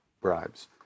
bribes